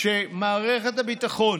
שמערכת הביטחון